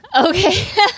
Okay